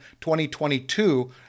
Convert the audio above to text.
2022